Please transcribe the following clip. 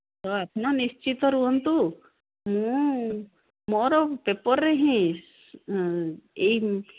ତ ଆପଣ ନିଶ୍ଚିତ ରୁହନ୍ତୁ ମୁଁ ମୋର ପେପର୍ରେ ହିଁ ଏଇ